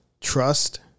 Trust